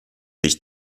sich